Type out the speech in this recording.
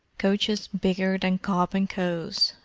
coaches bigger than cobb and co s,